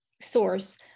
source